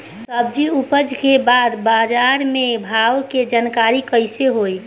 सब्जी उपज के बाद बाजार के भाव के जानकारी कैसे होई?